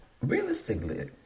Realistically